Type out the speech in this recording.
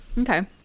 Okay